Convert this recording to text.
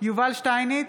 יובל שטייניץ,